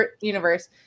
universe